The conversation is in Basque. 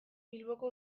bilboko